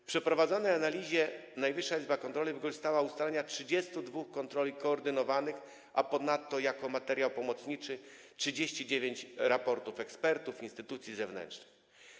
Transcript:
W przeprowadzonej analizie Najwyższa Izba Kontroli wykorzystała ustalenia 32 kontroli koordynowanych, a ponadto jako materiał pomocniczy 39 raportów ekspertów, instytucji zewnętrznych.